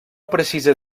precisa